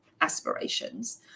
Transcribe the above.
aspirations